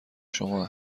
شما